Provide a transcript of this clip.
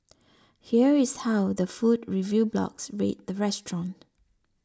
here is how the food review blogs rate the restaurant